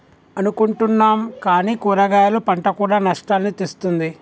అనుకుంటున్నాం కానీ కూరగాయలు పంట కూడా నష్టాల్ని తెస్తుంది